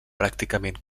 pràcticament